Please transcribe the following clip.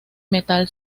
metal